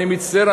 אני מצטער,